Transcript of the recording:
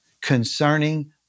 concerning